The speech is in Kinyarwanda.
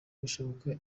bishoboka